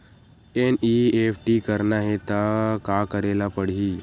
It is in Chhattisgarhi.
एन.ई.एफ.टी करना हे त का करे ल पड़हि?